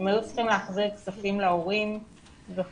הם היו צריכים להחזיר כספים להורים וכולי.